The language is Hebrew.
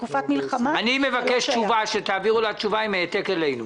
אני מבקש שתעבירו לה תשובה, עם העתק אלינו.